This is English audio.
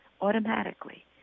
automatically